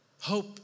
hope